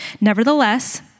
Nevertheless